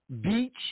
beach